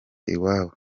iwabo